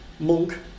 Monk